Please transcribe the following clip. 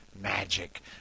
magic